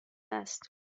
است